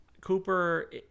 Cooper